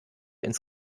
ins